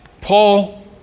Paul